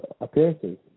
appearances